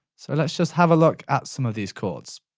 so let's just have a look at some of these chords.